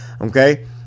okay